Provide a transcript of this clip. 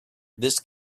this